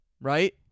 right